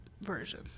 version